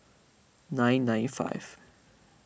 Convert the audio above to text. nine nine five